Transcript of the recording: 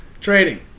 Trading